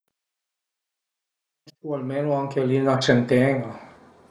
Pensu almenu anche li 'na sentena